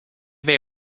they